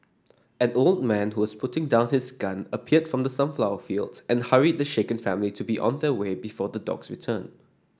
an old man who was putting down his gun appeared from the sunflower fields and hurried the shaken family to be on their way before the dogs return